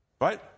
Right